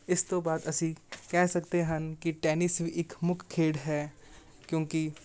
ਇਸ ਤੋਂ ਬਾਅਦ ਅਸੀਂ ਕਹਿ ਸਕਦੇ ਹਨ ਕਿ ਟੈਨਿਸ ਵੀ ਇੱਕ ਮੁੱਖ ਖੇਡ ਹੈ ਕਿਉਂਕਿ